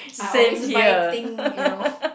I always buy thing you know